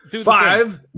Five